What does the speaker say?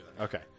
Okay